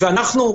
אנחנו,